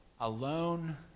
alone